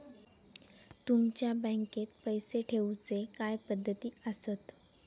तुमच्या बँकेत पैसे ठेऊचे काय पद्धती आसत?